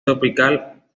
tropical